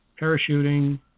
parachuting